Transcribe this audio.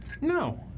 no